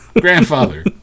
Grandfather